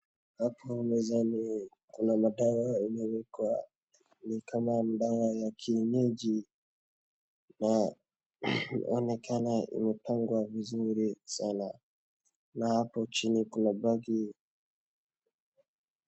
Hapo mezani kuna madawa imwekwa ni kama ya kienyeji na inaonekana imepangwa vizuri sana. Hapo chini kuna bagi.